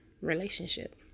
relationship